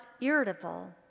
irritable